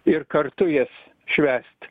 ir kartu jas švęst